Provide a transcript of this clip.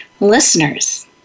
Listeners